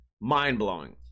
mind-blowing